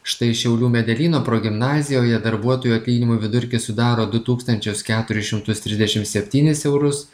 štai šiaulių medelyno progimnazijoje darbuotojų atlyginimų vidurkis sudaro du tūkstančius keturis šimtus trisdešim septynis eurus